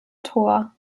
tor